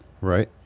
Right